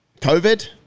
COVID